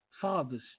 fathers